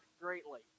greatly